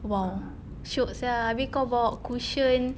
!wah! shiok sia habis kau bawa cushion